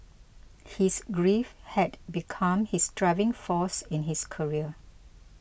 his grief had become his driving force in his career